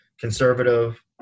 conservative